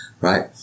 right